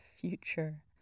future